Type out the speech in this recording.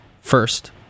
first